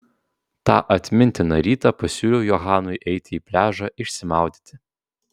tą atmintiną rytą pasiūliau johanui eiti į pliažą išsimaudyti